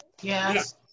Yes